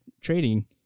trading